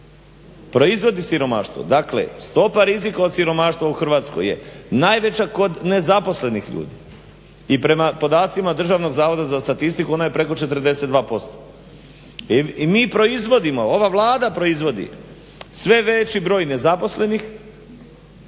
proizvodi siromaštvo? Dakle, stopa rizika od siromaštva u Hrvatskoj je najveća kod nezaposlenih ljudi i prema podacima Državnog zavoda za statistiku ona je preko 42%. I mi proizvodimo, ova Vlada proizvodi sve veći broj nezaposlenih,